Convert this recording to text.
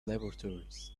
laboratories